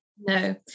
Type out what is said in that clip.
No